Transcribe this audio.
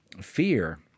fear